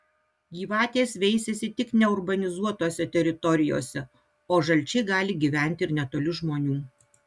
gyvatės veisiasi tik neurbanizuotose teritorijose o žalčiai gali gyventi ir netoli žmonių